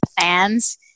fans